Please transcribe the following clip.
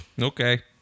Okay